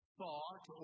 thought